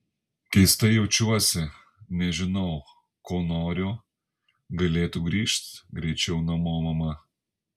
keistai jaučiuosi nežinau ko noriu galėtų grįžt greičiau namo mama